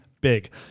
big